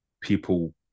people